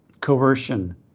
coercion